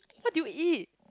what did you eat